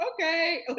Okay